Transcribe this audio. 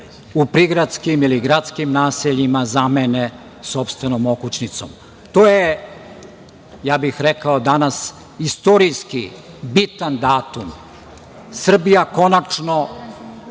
u prigradskim ili gradskim naseljima zamene sopstvenom okućnicom. To je, ja bih rekao, danas istorijski bitan datum. Srbija konačno